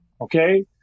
okay